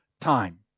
time